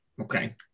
okay